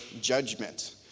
judgment